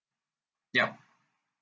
ya